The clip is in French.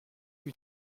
lui